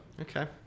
Okay